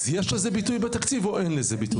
יש לזה ביטוי בתקציב או אין לזה ביטוי?